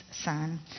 son